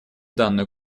данную